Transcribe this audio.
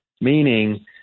meaning